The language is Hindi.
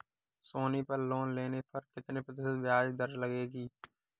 सोनी पर लोन लेने पर कितने प्रतिशत ब्याज दर लगेगी?